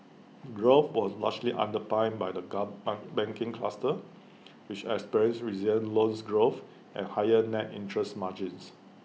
growth was largely underpinned by the gun ban banking cluster which experienced resilient loans growth and higher net interest margins